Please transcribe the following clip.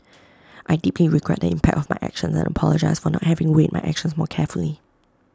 I deeply regret the impact of my actions and apologise for not having weighed my actions more carefully